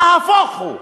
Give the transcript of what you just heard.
נהפוך הוא,